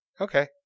Okay